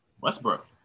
Westbrook